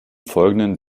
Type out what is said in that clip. folgenden